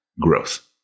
growth